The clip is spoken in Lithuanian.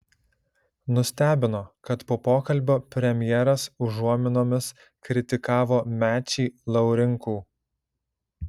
nustebino kad po pokalbio premjeras užuominomis kritikavo mečį laurinkų